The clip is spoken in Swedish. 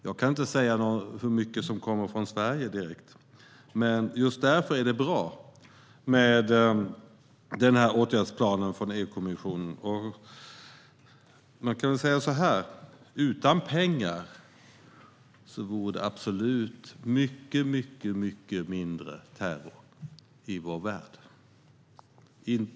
Jag kan inte säga hur mycket som kommer från just Sverige, men just därför är det bra med EU-kommissionens åtgärdsplan. Utan pengar vore det mycket mindre terror i vår värld.